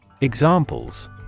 Examples